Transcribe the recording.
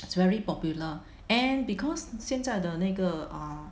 i'ts very popular and because 现在的那个 ah